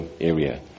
area